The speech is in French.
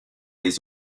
les